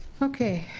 okay.